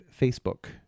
Facebook